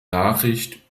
nachricht